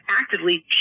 actively